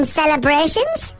celebrations